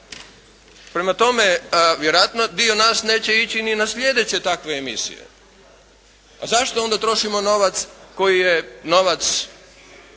Prema tome vjerojatno dio nas neće ići ni na sljedeće takve emisije. A zašto onda trošimo novac koji je novac